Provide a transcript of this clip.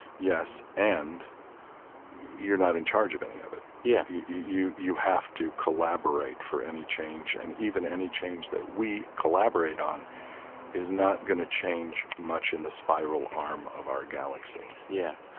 yes, and you're not in charge of any of it yeah you you have to collaborate for any change, and even any change that we collaborate on is not going to change much in the spiral arm of our galaxy yeah,